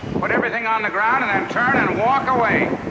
put everything on the ground, and then turn and walk away.